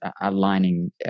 aligning